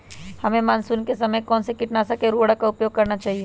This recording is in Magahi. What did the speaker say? हमें मानसून के समय कौन से किटनाशक या उर्वरक का उपयोग करना चाहिए?